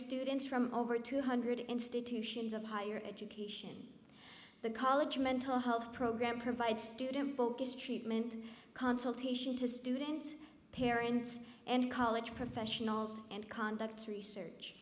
students from over two hundred institutions of higher education the college mental health program provides student focused treatment consultation to students parents and college professionals and conduct research